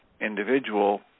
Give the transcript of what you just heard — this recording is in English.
individual